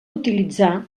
utilitzar